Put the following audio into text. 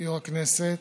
יו"ר הכנסת,